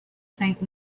saint